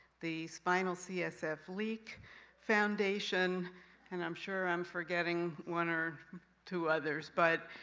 the spinal csf leak foundation and i'm sure i'm forgetting one or two others, but